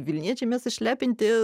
vilniečiai mes išlepinti